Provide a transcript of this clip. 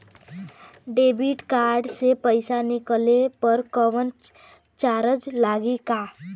Debit card से पैसा निकलले पर कौनो चार्ज लागि का?